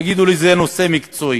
יגידו לי: זה נושא מקצועי.